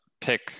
pick